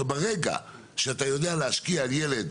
ברגע שאתה יודע להשקיע על ילד